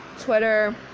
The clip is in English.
Twitter